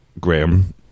Graham